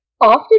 Often